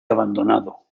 abandonado